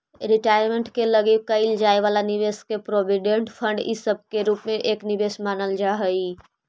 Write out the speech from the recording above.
retirement के लगी कईल जाए वाला निवेश के प्रोविडेंट फंड इ सब के रूप में एक निवेश मानल जा हई